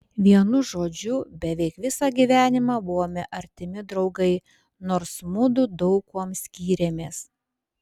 vienu žodžiu beveik visą gyvenimą buvome artimi draugai nors mudu daug kuom skyrėmės